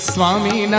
Swami